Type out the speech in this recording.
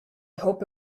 hope